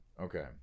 Okay